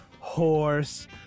horse